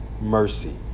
mercy